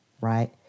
right